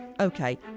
Okay